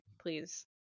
please